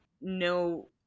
no